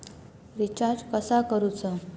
Recharge कसा करूचा?